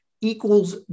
equals